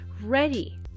ready